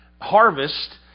harvest